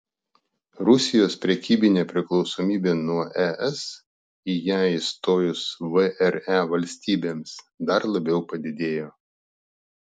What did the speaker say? rusijos prekybinė priklausomybė nuo es į ją įstojus vre valstybėms dar labiau padidėjo